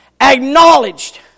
acknowledged